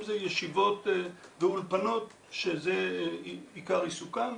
זה ישיבות ואולפנות שזה עיקר עיסוקם.